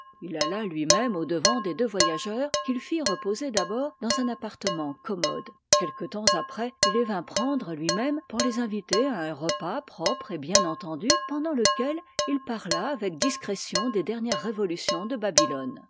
il alla lui-même au-devant des deux voyageurs qu'il fit reposer d'abord dans un appartement commode quelque temps après il les vint prendre lui-même pour les inviter à un repas propre et bien entendu pendant lequel il parla avec discrétion des dernières révolutions de babylone